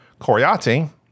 Coriati